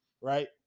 right